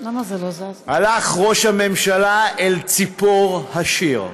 הלך ראש הממשלה אל ציפור השיר,